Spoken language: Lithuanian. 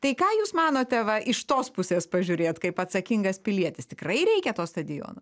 tai ką jūs manote va iš tos pusės pažiūrėt kaip atsakingas pilietis tikrai reikia to stadiono